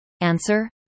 Answer